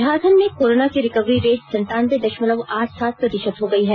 झारखंड में कोरोना की recovery rate सनतानबे दशमलव आठ सात प्रतिशत हो गई है